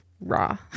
raw